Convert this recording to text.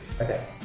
Okay